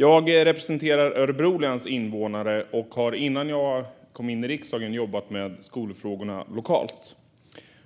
Jag representerar Örebro läns invånare och har innan jag kom in i riksdagen jobbat med skolfrågorna lokalt.